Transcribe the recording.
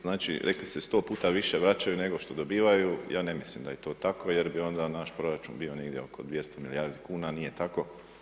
Znači rekli ste sto puta više vraćaju, nego što dobivaju, ja ne mislim da je to tako, jer bi onda naš proračun bio negdje oko 200 milijardi kuna, a nije tako.